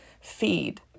feed